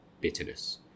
bitterness